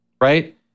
right